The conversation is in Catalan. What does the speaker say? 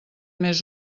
més